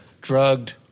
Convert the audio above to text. drugged